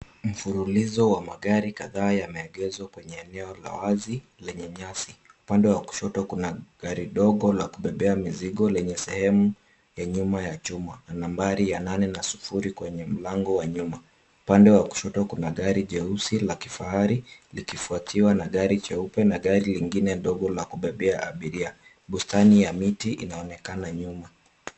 Mfululizo wa magari kadhaa yameegezwa kwenye eneo la wazi lenye nyasi. Upande wa kushoto kuna gari dogo la kubebea mizigo lenye sehemu ya nyuma ya chuma na nambari nane na sufuri kwenye mlango wa nyuma. Upande wa kushoto kuna gari jeusi la kifahari, likifuatiwa na gari jeupe na gari lingine dogo la kubebea abiria, bustani ya miti inaonekana nyuma.